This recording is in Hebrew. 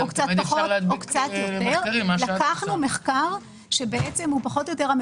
או קצת פחות או קצת יותר.